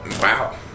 wow